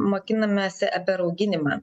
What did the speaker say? mokinomės apie rauginimą